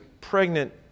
pregnant